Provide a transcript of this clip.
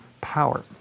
power